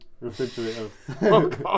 refrigerator